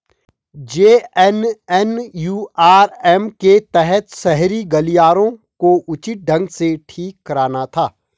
JNNURM के तहत शहरी गलियारों को उचित ढंग से ठीक कराना था